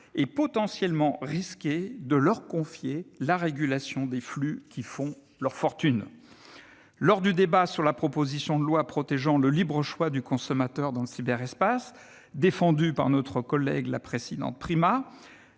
vain, naïf et risqué de leur confier la régulation des flux qui font leur fortune. Lors du débat sur la proposition de loi visant à garantir le libre choix du consommateur dans le cyberespace, défendue par notre collègue Sophie Primas,